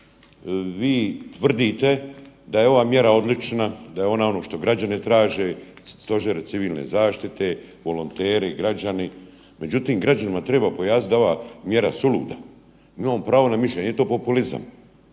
vi tvrdite da je ova mjera odlična, da je ona ono što građani traže, stožeri civilne zaštite, volonteri, građani, međutim građanima treba pojasniti da je ova mjera suluda. Imamo pravo na mišljenje, nije to populizam.